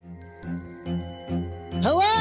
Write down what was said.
Hello